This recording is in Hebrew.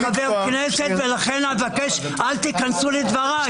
כנסת ולכן אבקש שלא תיכנסו לדבריי.